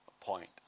point